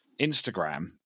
Instagram